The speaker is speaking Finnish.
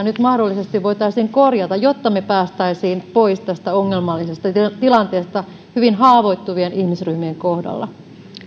nyt mahdollisesti voitaisiin korjata jotta me pääsisimme pois tästä ongelmallisesta tilanteesta hyvin haavoittuvien ihmisryhmien kohdalla